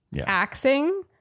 axing